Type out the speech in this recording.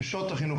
נשות החינוך,